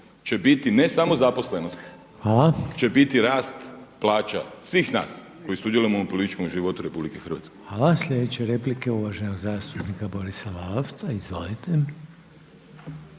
će biti ne samo zaposlenost će biti rast plaća svih nas koji sudjelujemo u ovom političkom životu RH. **Reiner, Željko (HDZ)** Hvala. Sljedeća replika uvaženog zastupnika Borisa Lalovca. Izvolite.